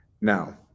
Now